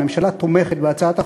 הממשלה תומכת בהצעת החוק,